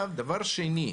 דבר שני,